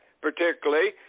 particularly